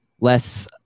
less